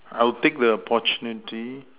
I will take the opportunity